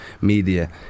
media